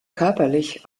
körperlich